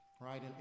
Right